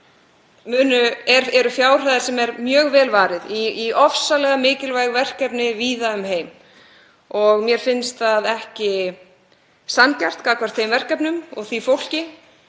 0,35% eru fjárhæðir sem er mjög vel varið í ofsalega mikilvæg verkefni víða um heim. Mér finnst það ekki sanngjarnt gagnvart þeim verkefnum og því fólki